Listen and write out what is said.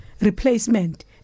replacement